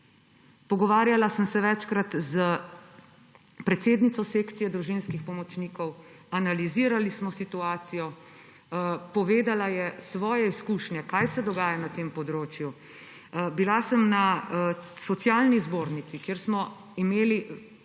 Pogovarjala sem se večkrat s predsednico sekcije družinskih pomočnikov, analizirali smo situacijo, povedala je svoje izkušnje, kaj se dogaja na tem področju, bila sem na Socialni zbornici, kjer smo imeli sestanek